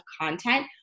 content